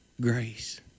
Grace